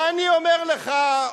ואני אומר לך,